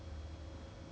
oo